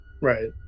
Right